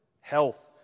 health